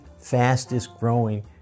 fastest-growing